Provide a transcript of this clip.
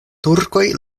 turkoj